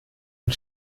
mit